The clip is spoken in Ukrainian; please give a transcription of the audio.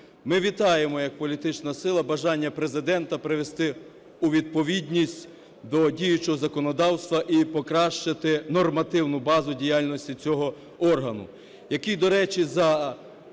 Ми вітаємо як політична сила бажання Президента привести у відповідність до діючого законодавства і покращити нормативну базу діяльності цього органу, який, до речі, за